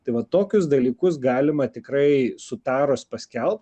tai va tokius dalykus galima tikrai sutarus paskelbt